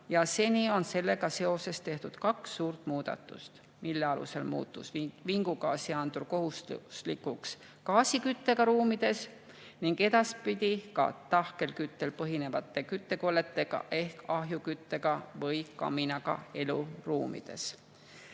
ja seni on sellega seoses tehtud kaks suurt muudatust, mille alusel muutus vingugaasiandur kohustuslikuks gaasiküttega ruumides ning edaspidi ka tahkel küttel põhinevate küttekolletega ehk ahjuküttega või kaminaga eluruumides.